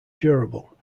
durable